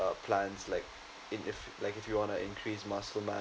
uh plans like if like if you wanna increase muscle mass